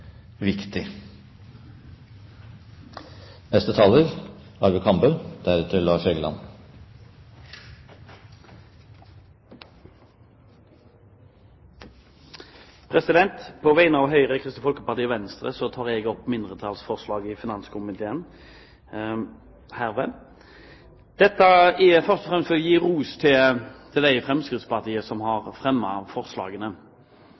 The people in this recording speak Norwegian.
På vegne av Høyre, Kristelig Folkeparti og Venstre tar jeg herved opp mindretallsforslaget i innstillingen fra finanskomiteen. Dette er først og fremst for å gi ros til dem i Fremskrittspartiet som har fremmet forslagene.